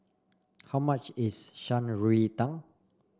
how much is Shan Rui Tang